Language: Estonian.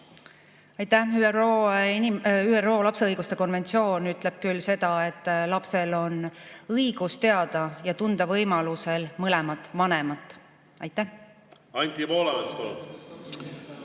Aitäh! ÜRO lapse õiguste konventsioon ütleb küll seda, et lapsel on õigus teada ja tunda võimaluse korral mõlemat vanemat. Aitäh!